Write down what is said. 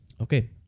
Okay